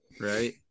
right